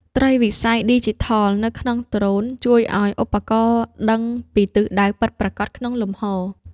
ត្រីវិស័យឌីជីថលនៅក្នុងដ្រូន ជួយឱ្យឧបករណ៍ដឹងពីទិសដៅពិតប្រាកដក្នុងលំហ។